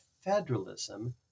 federalism